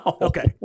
Okay